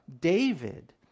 David